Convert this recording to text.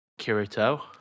Kirito